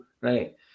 right